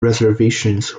reservations